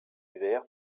hiver